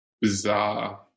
bizarre